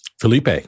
Felipe